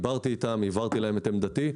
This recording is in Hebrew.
דיברתי איתם, הבהרתי להם את עמדתי.